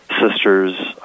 sisters